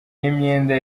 y’imyenda